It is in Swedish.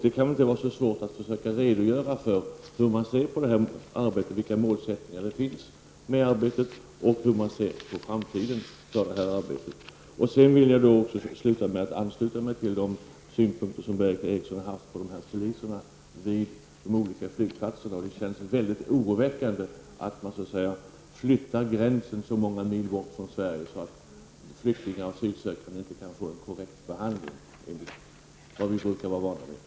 Det kan väl inte vara så svårt att redogöra för hur regeringen ser på det här arbetet, tala om vilka målen är och hur man ser på arbetet med tanke på framtiden. Till sist vill jag ansluta mig till de synpunkter som Berith Eriksson anlagt på poliserna vid de olika flygplatserna. Det är oroväckande att man så att säga flyttar gränsen så många mil bort från Sverige, så att flyktingar och asylsökande inte kan få den korrekta behandling som vi brukar vara vana vid.